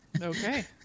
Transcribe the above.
Okay